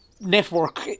network